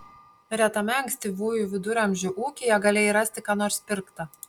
retame ankstyvųjų viduramžių ūkyje galėjai rasti ką nors pirkta